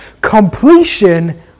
completion